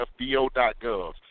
FBO.gov